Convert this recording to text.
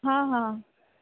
ହଁ ହଁ